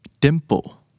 Dimple